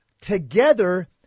together